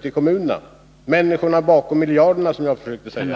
behöver det — människorna bakom miljarderna, som jag försökte säga?